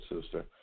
sister